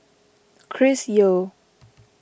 Chris Yeo